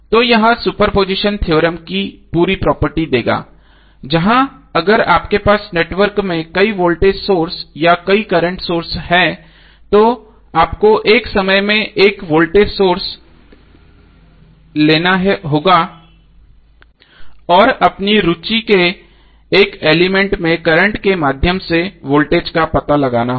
तो यह superposition theorem की पूरी प्रॉपर्टी देगा जहाँ अगर आपके पास नेटवर्क में कई वोल्टेज सोर्स या कई करंट सोर्स हैं तो आपको एक समय में 1 सोर्स लेना होगा और अपनी रुचि के एक एलिमेंट में करंट के माध्यम से वोल्टेज का पता लगाना होगा